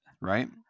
right